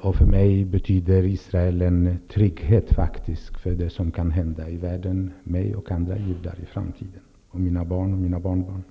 och för mig betyder Israel en viktig trygghet inför det som kan hända i världen med mig och andra judar i framtiden, med mina barn och mina barnbarn.